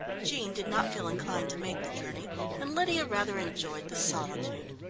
jean did not feel inclined to make the journey and lydia rather enjoyed the solitude.